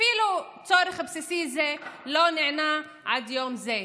אפילו צורך בסיסי זה לא נענה עד יום זה.